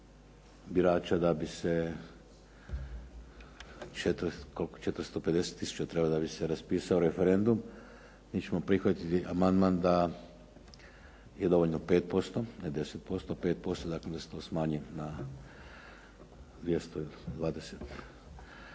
birača da bi se 450 tisuća treba da bi se raspisao referendum. Mi ćemo prihvatiti amandman da je dovoljno 5%, ne 10%, dakle da se to smanji na 220